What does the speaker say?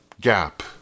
gap